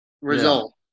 result